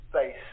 space